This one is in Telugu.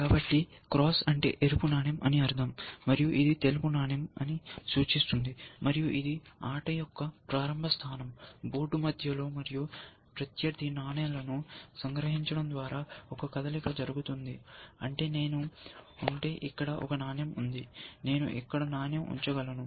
కాబట్టి క్రాస్ అంటే ఎరుపు నాణెం అని అర్ధం మరియు ఇది తెలుపు నాణెం అని సూచిస్తుంది మరియు ఇది ఆట యొక్క ప్రారంభ స్థానం బోర్డు మధ్యలో మరియు ప్రత్యర్థి నాణేలను సంగ్రహించడం ద్వారా ఒక కదలిక జరుగుతుంది అంటే నేను ఉంటే ఇక్కడ ఒక నాణెం ఉంది నేను ఇక్కడ నాణెం ఉంచగలను